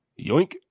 Yoink